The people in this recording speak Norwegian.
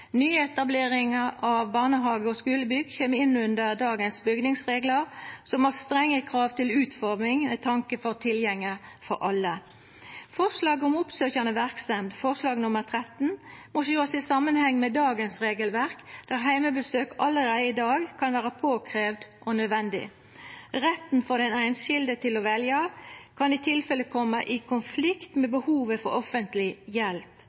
av barnehage- og skulebygg kjem inn under dagens bygningsreglar, som har strenge krav til utforming med tanke på tilgjenge for alle. Forslaget om oppsøkjande verksemd, forslag nr. 13, må sjåast i samanheng med dagens regelverk, der heimebesøk allereie i dag kan vera påkravd og nødvendig. Retten for den einskilde til å velja kan i tilfelle koma i konflikt med behovet for offentleg hjelp.